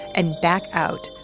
and back out,